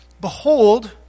behold